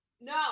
No